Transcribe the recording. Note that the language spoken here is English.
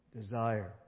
Desire